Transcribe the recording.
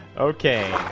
okay